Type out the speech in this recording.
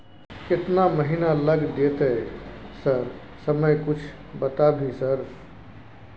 केतना महीना लग देतै सर समय कुछ बता भी सर?